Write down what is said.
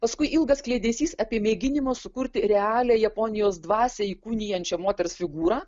paskui ilgas kliedesys apie mėginimą sukurti realią japonijos dvasią įkūnijančią moters figūrą